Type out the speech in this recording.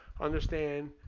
understand